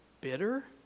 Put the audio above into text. bitter